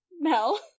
Mel